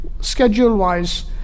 schedule-wise